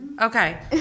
Okay